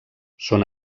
són